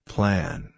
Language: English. Plan